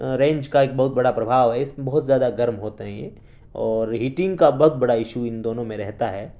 range کا ایک بہت بڑا پربھاؤ ہے اس میں بہت زیادہ گرم ہوتے ہیں یہ اور ہیٹنگ کا بہت بڑا ایشو ان دونوں میں رہتا ہے